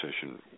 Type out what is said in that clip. session